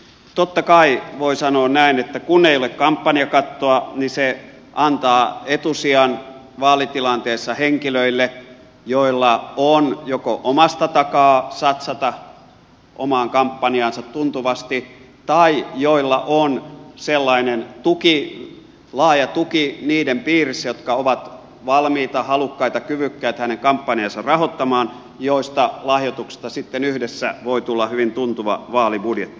totta kai voi sanoa näin että kun ei ole kampanjakattoa se antaa etusijan vaalitilanteessa henkilöille joilla on joko omasta takaa satsata omaan kampanjaansa tuntuvasti tai joilla on sellainen tuki laaja tuki niiden piirissä jotka ovat valmiita halukkaita kyvykkäät hänen kampanjaansa rahoittamaan ja niistä lahjoituksista sitten yhdessä voi tulla hyvin tuntuva vaalibudjetti